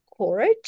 courage